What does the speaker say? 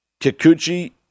Kikuchi